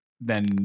then-